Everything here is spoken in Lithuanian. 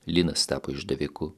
linas tapo išdaviku